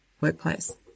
workplace